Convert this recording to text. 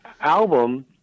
album